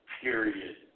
period